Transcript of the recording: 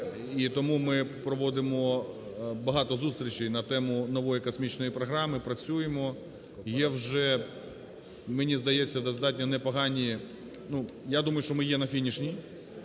тому ми проводимо багато зустрічей на тему нової космічної програми, працюємо. І є вже, мені здається, достатньо непогані… ну, я думаю, що ми є на фінішній.